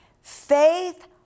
faith